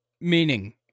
meaning